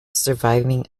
surviving